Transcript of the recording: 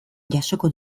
jasoko